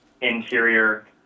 interior